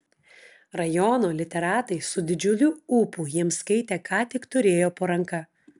rajono literatai su didžiuliu ūpu jiems skaitė ką tik turėjo po ranka